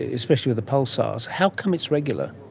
ah especially with the pulsars. how come it's regular?